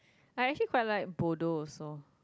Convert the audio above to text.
I actually quite like bodoh also